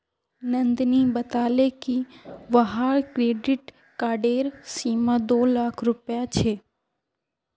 नंदनी बताले कि वहार क्रेडिट कार्डेर सीमा दो लाख रुपए छे